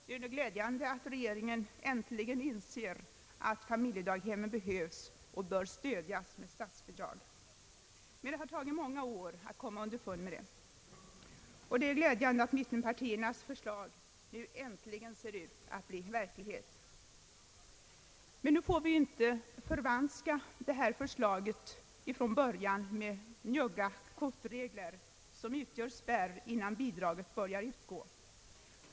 Det är glädjande att regeringen nu äntligen inser att familjedaghemmen behövs och bör stödjas genom statsbidrag. Det har tagit många år att komma underfund med detta, och det är glädjande att mittenpartiernas förslag nu äntligen ser ut att bli verklighet. Men vi får nu inte förvanska förslaget med för njugga kvotregler, som utgör spärr innan bidragen börjar utgå.